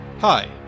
Hi